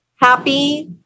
happy